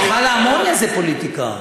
מכל האמוניה זה פוליטיקה.